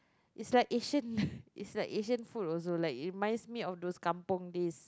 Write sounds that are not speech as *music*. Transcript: it's like Asian *laughs* it's like Asian food also like it reminds me of those kampung days